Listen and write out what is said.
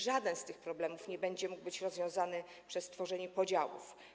Żaden z tych problemów nie będzie mógł być rozwiązany przez tworzenie podziałów.